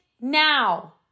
now